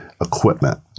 equipment